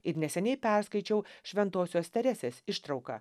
ir neseniai perskaičiau šventosios teresės ištrauką